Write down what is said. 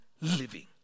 living